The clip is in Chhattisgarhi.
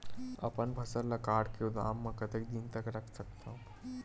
अपन फसल ल काट के गोदाम म कतेक दिन तक रख सकथव?